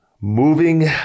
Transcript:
Moving